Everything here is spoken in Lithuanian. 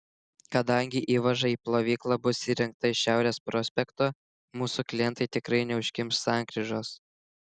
kadangi įvaža į plovyklą bus įrengta iš šiaurės prospekto mūsų klientai tikrai neužkimš sankryžos